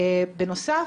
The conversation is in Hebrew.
בנוסף,